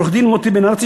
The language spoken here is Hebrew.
עורך-דין מוטי בן-ארצי,